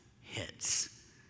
hits